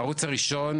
הערוץ הראשון,